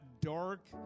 dark